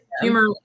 humor